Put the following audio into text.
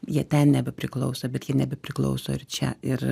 jie ten nebepriklauso bet jie nebepriklauso ir čia ir